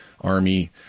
Army